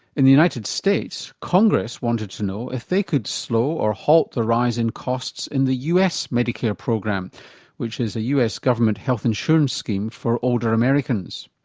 in the united states congress wanted to know if they could slow or halt the rise in costs in the us medicare program which is a us government health insurance scheme for older americans.